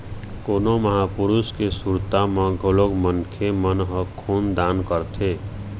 कोनो महापुरुष के सुरता म घलोक मनखे मन ह खून दान करथे